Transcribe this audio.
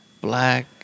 black